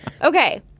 okay